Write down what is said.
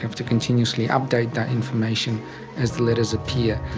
to continuously update that information as the letters appear.